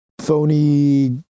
phony